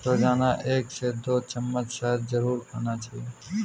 रोजाना एक से दो चम्मच शहद जरुर खाना चाहिए